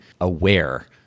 aware